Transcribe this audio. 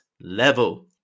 level